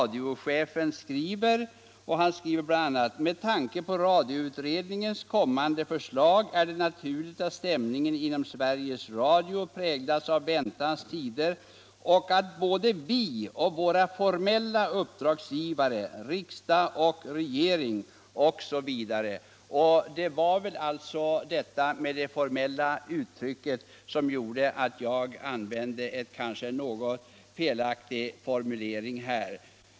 Där skriver radiochefen bl.a.: ”Med tanke på radioutredningens kommande förslag är det naturligt att stämningen inom Sveriges Radio präglas av ”väntans tider och att både vi och våra formella uppdragsgivare — riksdag och regering ——--". Det var alltså detta skrivsätt med ”formella uppdragsgivare” som gjorde att jag använde en kanske något felaktig formulering i min fråga.